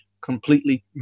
completely